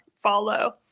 follow